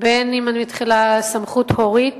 אם סמכות הורית,